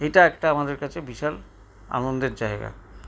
এটা একটা আমাদের কাছে বিশাল আনন্দের জায়গা